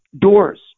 doors